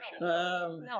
No